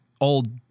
old